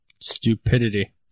Stupidity